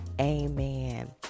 amen